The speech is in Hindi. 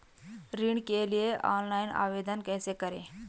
ऋण के लिए ऑनलाइन आवेदन कैसे करें?